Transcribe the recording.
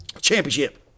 Championship